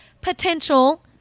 potential